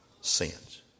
sins